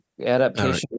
adaptation